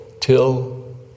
Till